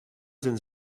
sind